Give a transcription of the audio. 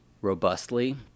robustly